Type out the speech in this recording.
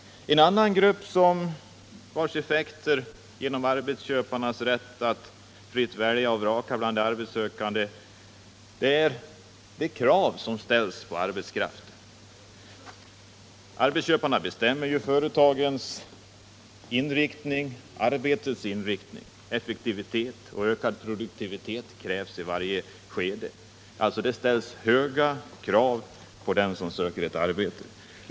En annan effekt av arbetsköparnas rätt att fritt välja och vraka bland arbetssökande är de krav som ställs på arbetskraften. Arbetsköparna bestämmer företagets och arbetets inriktning; effektivitet och ökad pro duktivitet krävs i varje skede. Det ställs höga krav på den som söker ett arbete.